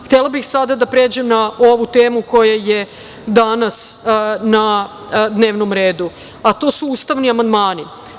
Htela bih sada da pređem na ovu temu koja je danas na dnevnom redu, a to su ustavni amandmani.